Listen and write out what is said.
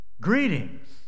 Greetings